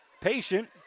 patient